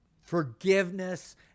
forgiveness